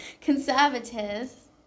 Conservatives